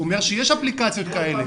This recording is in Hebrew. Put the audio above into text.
הוא אומר שיש אפליקציות כאלה.